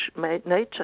Nature